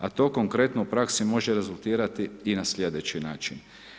A to konkretno u praksi može rezultirati i na sljedeći način.